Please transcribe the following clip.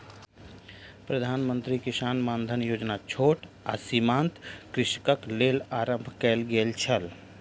प्रधान मंत्री किसान मानधन योजना छोट आ सीमांत कृषकक लेल आरम्भ कयल गेल छल